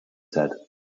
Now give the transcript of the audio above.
said